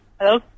Hello